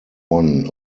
won